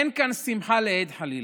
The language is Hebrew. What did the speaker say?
אין כאן שמחה לאיד, חלילה,